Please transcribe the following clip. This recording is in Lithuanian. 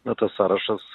na tas sąrašas